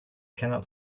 cannot